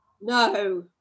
No